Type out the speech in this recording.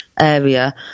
area